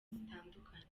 zitandukanye